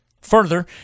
Further